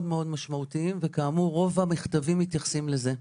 משמעותיים וכאמור רוב המכתבים מתייחסים לזה.